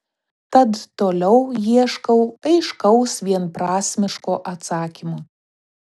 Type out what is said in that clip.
tad toliau ieškau aiškaus vienprasmiško atsakymo